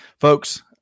Folks